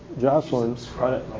Jocelyn